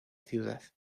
ciudad